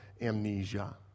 amnesia